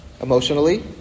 emotionally